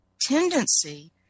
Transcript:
tendency